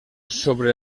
sobre